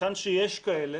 היכן שיש כאלה